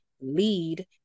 lead